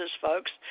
folks